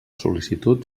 sol·licitud